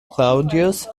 claudius